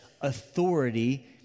authority